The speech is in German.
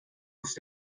ist